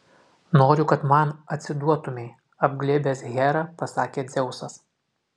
noriu kad man atsiduotumei apglėbęs herą pasakė dzeusas